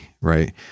right